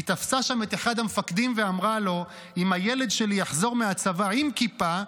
היא תפסה שם את אחד המפקדים ואמרה לו: אם הילד שלי יחזור מהצבא עם כיפה,